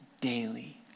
daily